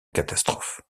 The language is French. catastrophe